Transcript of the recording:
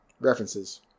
references